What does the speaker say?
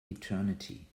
eternity